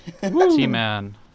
T-Man